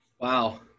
Wow